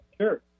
Sure